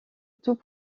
tout